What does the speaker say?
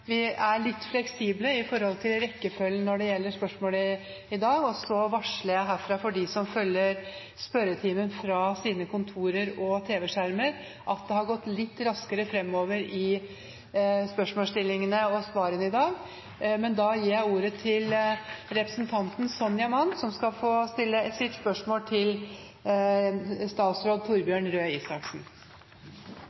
vi skal være litt fleksible når det gjelder rekkefølgen på spørsmålene i dag. Jeg varsler nå herfra til de som følger spørretimen fra sine kontorer og tv-skjermer, om at behandlingen av spørsmålene har gått litt raskere i dag. Nå går vi videre til spørsmål 10 fra representanten Sonja Mandt, som skal få stille sitt spørsmål til statsråd